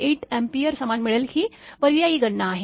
8 ampere समान मिळेल ही पर्यायी गणना आहे